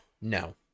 No